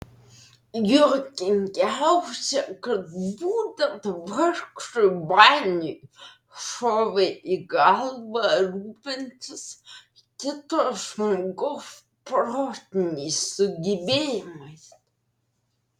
juokingiausia kad būtent vargšui baniui šovė į galvą rūpintis kito žmogaus protiniais sugebėjimais